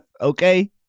Okay